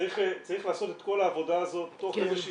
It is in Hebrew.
צריך לעשות את כל העבודה הזאת תוך איזושהי